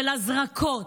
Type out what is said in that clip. של הזרקות,